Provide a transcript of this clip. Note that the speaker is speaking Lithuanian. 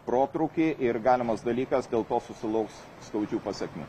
protrūkį ir galimas dalykas dėl to susilauks skaudžių pasekmių